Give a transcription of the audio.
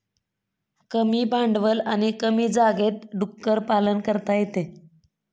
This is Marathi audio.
कमी भांडवल आणि कमी जागेत डुक्कर पालन करता येते